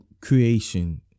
creation